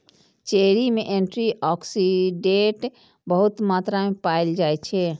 cherry मे antioxidant बहुत मात्रा मे पाएल जाइ छै